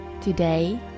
Today